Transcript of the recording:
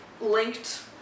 linked